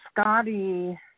Scotty